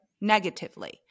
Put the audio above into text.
negatively